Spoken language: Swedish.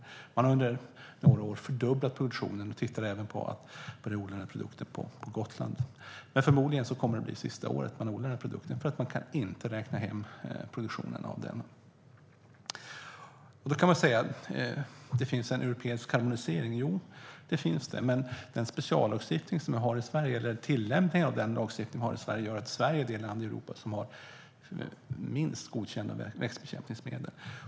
Man har under några år fördubblat produktionen och tittar även på att börja odla produkten på Gotland. Men förmodligen kommer det att bli sista året man odlar den här produkten eftersom man inte kan räkna hem produktionen av den. Man kan säga att det finns en europeisk harmonisering. Ja, det finns det. Men den speciallagstiftning eller den tillämpning av lagstiftningen vi har i Sverige gör att Sverige är det land i Europa som har minst antal godkända växtbekämpningsmedel.